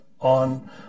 on